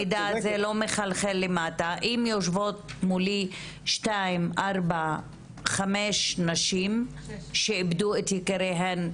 אם יושבות מולי חמש נשים שאיבדו את יקיריהן,